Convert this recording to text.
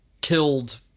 killed